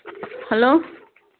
hello